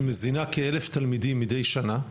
שמזינה כאלף תלמידים מדי שנה,